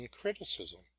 criticism